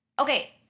Okay